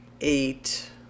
eight